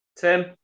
Tim